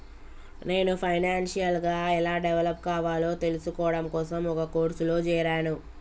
నేను ఫైనాన్షియల్ గా ఎలా డెవలప్ కావాలో తెల్సుకోడం కోసం ఒక కోర్సులో జేరాను